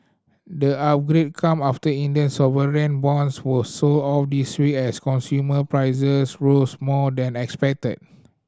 the upgrade come after Indian sovereign bonds were sold off this week as consumer prices rose more than expected